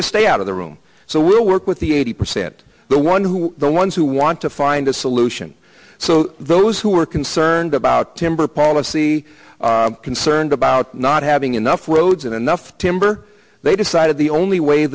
just stay out of the room so we'll work with the eighty percent the one who are the ones who want to find a solution so those who are concerned about timber policy concerned about not having enough roads and enough timber they decided the only way